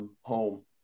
home